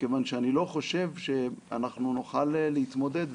מכיוון שאני לא חושב שנוכל להתמודד.